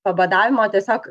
pabadavimo tiesiog